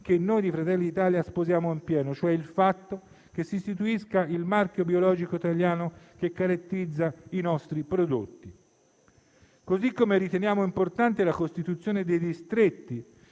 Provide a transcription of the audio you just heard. che noi di Fratelli d'Italia sposiamo in pieno, cioè il fatto che si istituisca il marchio biologico italiano che caratterizza i nostri prodotti. Così come riteniamo importante la costituzione di distretti